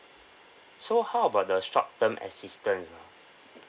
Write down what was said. so how about the short term assistance ah